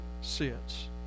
sits